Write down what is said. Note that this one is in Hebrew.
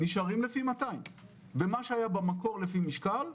נשארים לפי 200. מה שהיה במקור לפי משקל,